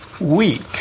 weak